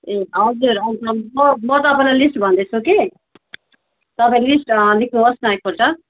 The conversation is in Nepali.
ए हजुर अन्त म तपाईँलाई लिस्ट भन्दैछु कि तपाईँ लिस्ट लेख्नुहोस् न एकपल्ट